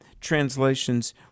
translations